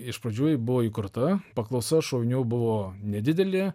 iš pradžių ji buvo įkurta paklausa šovinių buvo nedidelė